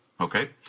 Okay